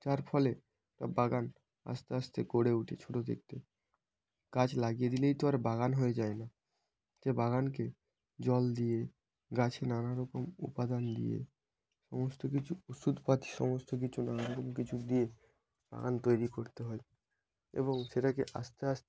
যার ফলে বাগান আস্তে আস্তে গড়ে উঠে ছোট দেখতে গাছ লাগিয়ে দিলেই তো আর বাগান হয়ে যায় না তাই বাগানকে জল দিয়ে গাছে নানা রকম উপাদান দিয়ে সমস্ত কিছু ওষুধপাতি সমস্ত কিছু নানারকম কিছু দিয়ে বাগান তৈরি করতে হয় এবং সেটাকে আস্তে আস্তে